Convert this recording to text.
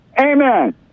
Amen